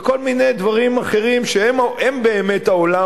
בכל מיני דברים אחרים שהם באמת העולם